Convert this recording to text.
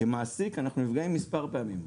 כמעסיק אנחנו נפגעים מספר פעמים.